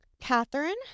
Catherine